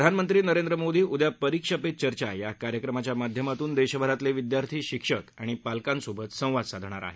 प्रधानमंत्री नरेंद्र मोदी उद्या परीक्षा पे चर्चा या कार्यक्रमाच्या माध्यमातून देशभरातले विद्यार्थी शिक्षक आणि पालकांसोबत संवाद साधणार आहेत